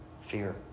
Fear